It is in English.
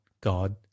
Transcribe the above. God